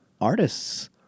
artists